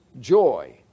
joy